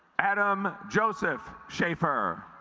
adam joseph schaefer